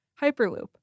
hyperloop